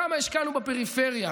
כמה השקענו בפריפריה,